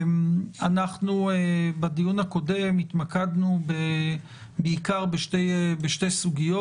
אנחנו בדיון הקודם התמקדנו בעיקר בשתי סוגיות.